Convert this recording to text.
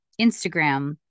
Instagram